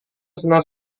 senang